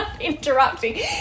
Interrupting